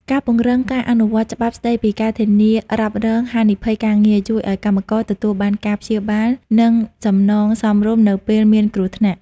ការពង្រឹងការអនុវត្តច្បាប់ស្ដីពីការធានារ៉ាប់រងហានិភ័យការងារ ជួយឱ្យកម្មករទទួលបានការព្យាបាល និងសំណងសមរម្យនៅពេលមានគ្រោះថ្នាក់។